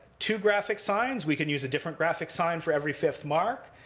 two graphic signs. we can use a different graphic sign for every fifth mark.